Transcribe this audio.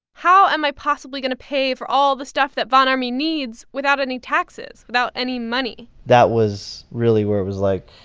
how am i possibly going to pay for all the stuff that von ormy needs without any taxes, without any money? that was really where it was like,